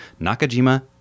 Nakajima